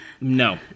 No